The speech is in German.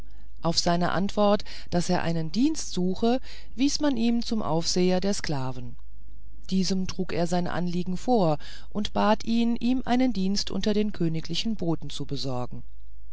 auf seine antwort daß er einen dienst suche wies man ihn zum aufseher der sklaven diesem trug er sein anliegen vor und bat ihn ihm einen dienst unter den königlichen boten zu besorgen